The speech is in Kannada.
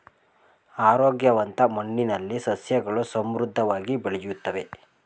ಆರೋಗ್ಯವಂತ ಮಣ್ಣಿನಲ್ಲಿ ಸಸ್ಯಗಳು ಸಮೃದ್ಧವಾಗಿ ಬೆಳೆಯುತ್ತವೆ